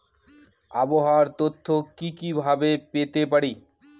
আবহাওয়ার তথ্য কি কি ভাবে পেতে পারি?